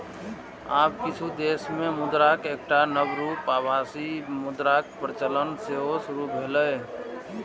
आब किछु देश मे मुद्राक एकटा नव रूप आभासी मुद्राक प्रचलन सेहो शुरू भेलैए